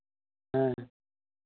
ᱦᱮᱸ